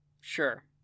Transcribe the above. Sure